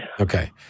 Okay